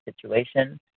situation